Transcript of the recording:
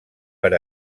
per